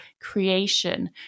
creation